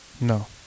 No